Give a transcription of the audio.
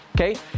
okay